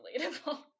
relatable